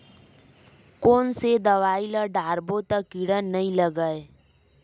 कोन से दवाई ल डारबो त कीड़ा नहीं लगय?